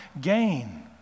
gain